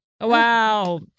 Wow